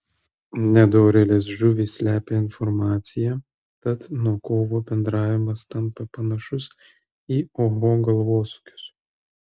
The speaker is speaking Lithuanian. nedorėlės žuvys slepia informaciją tad nuo kovo bendravimas tampa panašus į oho galvosūkius